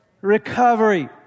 recovery